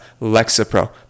Lexapro